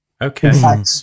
okay